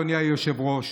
אדוני היושב-ראש,